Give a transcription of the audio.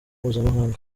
mpuzamahanga